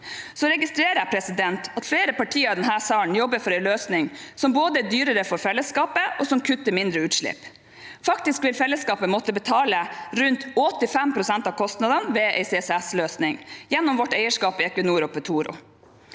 Jeg registrerer at flere partier i denne salen jobber for en løsning som både er dyrere for fellesskapet og kutter mindre utslipp. Faktisk vil fellesskapet måtte betale rundt 85 pst. av kostnadene ved en CCS-løsning gjennom vårt eierskap i Equinor og Petoro,